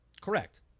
Correct